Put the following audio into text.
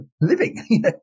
living